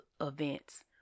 events